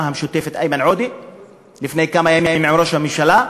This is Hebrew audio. המשותפת איימן עודה עם ראש הממשלה.